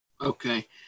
Okay